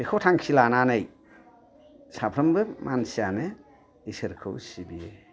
बेखौ थांखि लानानै साफ्रोमबो मानसियानो इसोरखौ सिबियो